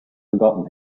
forgotten